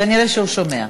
אני שומע,